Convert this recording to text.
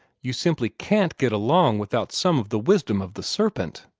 you simply can't get along without some of the wisdom of the serpent.